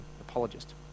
apologist